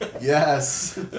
Yes